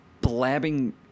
Blabbing